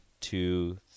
two